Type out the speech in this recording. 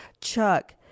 Chuck